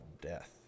death